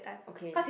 okay